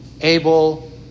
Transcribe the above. Abel